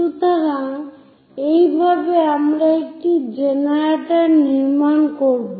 সুতরাং এইভাবে আমরা একটি জেনারেটর নির্মাণ করব